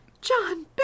John